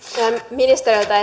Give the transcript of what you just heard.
ministereiltä